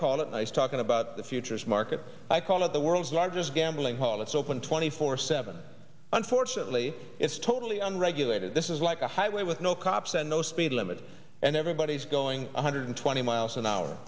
call it nice talking about the futures market i call it the world's largest gambling hall it's open twenty four seven unfortunately it's totally unregulated this is like a highway with no cops and no speed limit and everybody's going one hundred twenty miles an hour